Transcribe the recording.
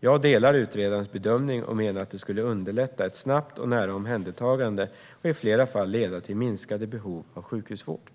Jag delar utredarens bedömning och menar att det skulle underlätta ett snabbt och nära omhändertagande och i flera fall leda till minskade behov av sjukhusvård.